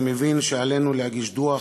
אני מבין שעלינו להגיש דוח